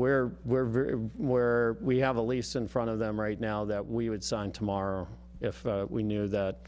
where we're very where we have a lease in front of them right now that we would sign tomorrow if we knew that